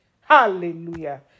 Hallelujah